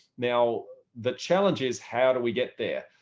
now, the challenge is how do we get there?